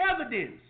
evidence